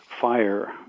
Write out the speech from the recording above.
fire